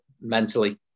mentally